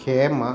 हेमः